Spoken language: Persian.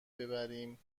ببریم